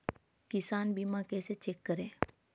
किसान बीमा कैसे चेक करें?